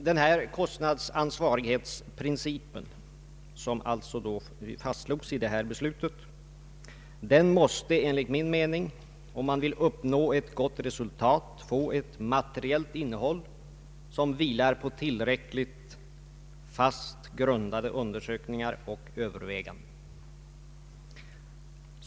Den kostnadsansvarighetsprincip, som alltså fastslogs i detta riksdagsbeslut, måste enligt min mening, om man vill uppnå ett gott resultat, få ett materiellt innehåll som vilar på tillräckligt fast grundade undersökningar och överväganden.